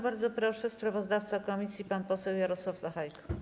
Bardzo proszę, sprawozdawca komisji pan poseł Jarosław Sachajko.